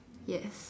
yes